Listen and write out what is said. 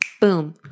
boom